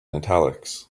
italics